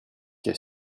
qu’a